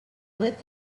lit